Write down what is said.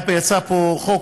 יצא פה חוק,